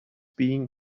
being